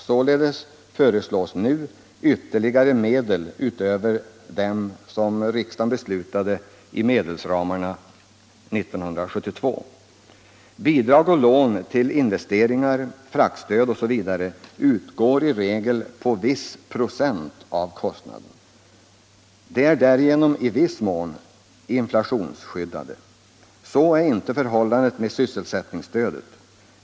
Således föreslås nu ytterligare medel utöver de ramar som riksdagen beslutade om 1972. Bidrag och lån för investeringar, fraktstöd osv. utgår i regel med en viss procentandel av kostnaderna. De är därigenom i viss mån inflationsskyddade. Så är inte förhållandet med sysselsättningsstödet.